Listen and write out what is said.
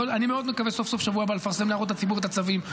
אבל אני מאוד מקווה סוף-סוף בשבוע הבא לפרסם את הצווים להערות הציבור.